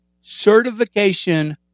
certification